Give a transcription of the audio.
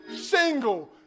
single